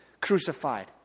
crucified